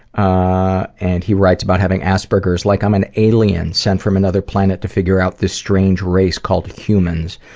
ah and he writes about having aspergers like i'm an alien sent from another planet to figure out this strange race called humans.